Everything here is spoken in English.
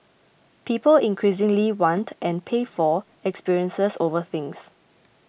people increasingly want and pay for experiences over things